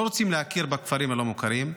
לא רוצים להכיר בכפרים הלא-מוכרים.